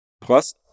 plus